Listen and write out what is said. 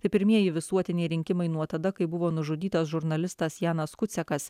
tai pirmieji visuotiniai rinkimai nuo tada kai buvo nužudytas žurnalistas janas kucekas